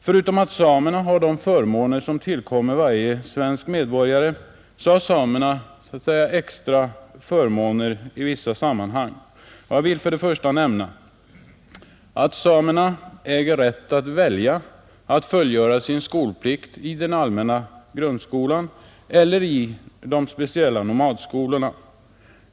Förutom att samerna har de förmåner som tillkommer varje svensk medborgare har de extra förmåner i följande sammanhang: 1. Samer äger rätt att fullgöra sin skolplikt i nomadskolan i stället för i den allmänna grundskolan.